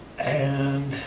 and